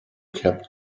kept